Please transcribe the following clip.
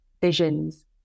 visions